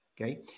Okay